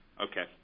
Okay